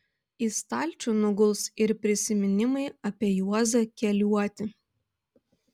į stalčių nuguls ir prisiminimai apie juozą keliuotį